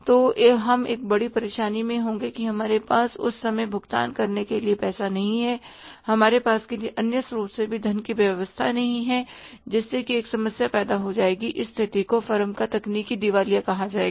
तो हम एक बड़ी परेशानी में होंगे कि हमारे पास उस समय भुगतान करने के लिए पैसा नहीं है हमारे पास किसी अन्य स्रोत से भी धन की व्यवस्था नहीं है जिससे कि एक समस्या पैदा हो जाएगी इस स्थिति को फर्म का तकनीकी दिवालिया कहा जाता है